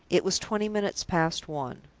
it was twenty minutes past one.